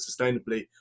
sustainably